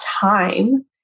time